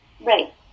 Right